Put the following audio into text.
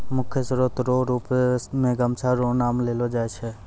मुख्य स्रोत रो रुप मे गाछ रो नाम लेलो जाय छै